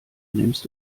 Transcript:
nimmst